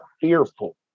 fearful